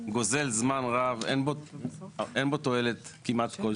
הוא גוזל זמן רב ואין בו תועלת כמעט.